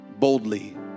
Boldly